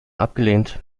abgelehnt